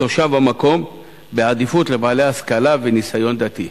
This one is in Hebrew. תושב המקום, בעדיפות לבעלי השכלה וניסיון דתי,